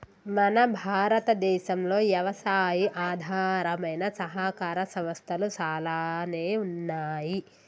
మన భారతదేసంలో యవసాయి ఆధారమైన సహకార సంస్థలు సాలానే ఉన్నాయి